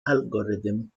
algorithm